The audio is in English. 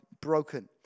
broken